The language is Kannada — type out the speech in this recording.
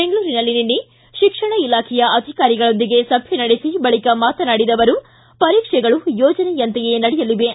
ಬೆಂಗಳೂರಿನಲ್ಲಿ ನಿನ್ನೆ ಶಿಕ್ಷಣ ಇಲಾಖೆಯ ಅಧಿಕಾರಿಗಳೊಂದಿಗೆ ಸಭೆ ನಡೆಸಿ ಬಳಕ ಮಾತನಾಡಿದ ಅವರು ಪರೀಕ್ಷೆಗಳು ಯೋಜನೆಯಂತೆಯೇ ನಡೆಯಲಿವೆ